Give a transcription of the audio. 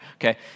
Okay